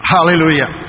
Hallelujah